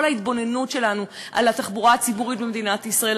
כל ההתבוננות שלנו על התחבורה הציבורית במדינת ישראל,